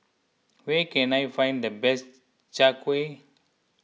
where can I find the best Chai Kuih